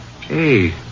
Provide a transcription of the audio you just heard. Hey